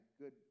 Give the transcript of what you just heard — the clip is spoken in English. good